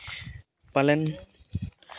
ᱯᱟᱞᱮᱱ